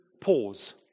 pause